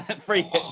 free